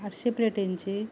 आठशी प्लेटींची